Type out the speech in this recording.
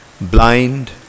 blind